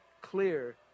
clear